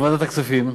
מוועדת הכספים.